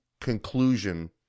conclusion